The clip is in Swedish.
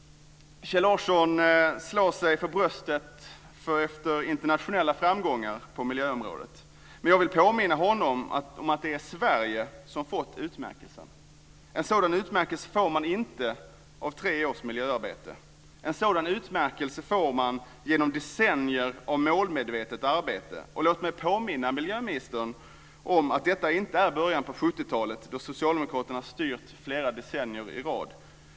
Kjell Larsson slår sig för bröstet efter internationella framgångar på miljöområdet. Jag vill påminna honom om att det är Sverige som har fått utmärkelsen. En sådan utmärkelse får man inte efter tre års miljöarbete. En sådan utmärkelse får man genom decennier av målmedvetet miljöarbete. Låt mig påminna miljöministern om att detta inte är början på 70-talet, då socialdemokraterna hade styrt flera decennier i rad.